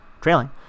trailing